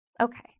Okay